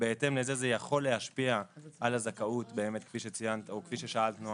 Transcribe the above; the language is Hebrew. ובהתאם לזה זה יכול להשפיע על הזכאות כפי ששאלת על